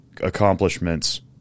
accomplishments